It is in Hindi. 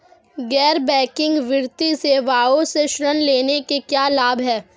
गैर बैंकिंग वित्तीय सेवाओं से ऋण लेने के क्या लाभ हैं?